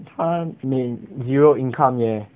他每 zero income 也